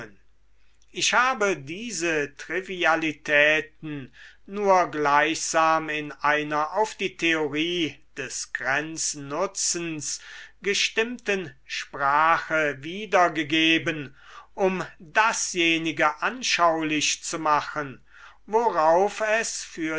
ich habe diese trivialitten nur gleichsam in einer auf die theorie des grenznutzens gestimmten sprache wiedergegeben um dasjenige anschaulich zu machen worauf es für